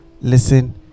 listen